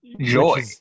joy